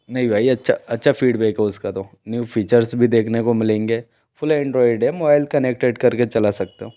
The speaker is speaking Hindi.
नहीं भाई अच्छा फीडबैक है उसका तो न्यू फीचर्स भी देखने को मिलेंगे फुल्ल एंडरॉयड है मोबाइल कनेक्टेड कर के चला सकते हो